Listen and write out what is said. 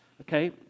okay